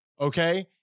Okay